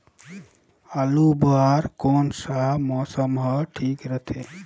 आलू बार कौन सा मौसम ह ठीक रथे?